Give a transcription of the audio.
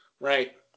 Right